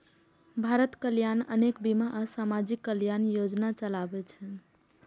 भारत सरकार अनेक बीमा आ सामाजिक कल्याण योजना चलाबै छै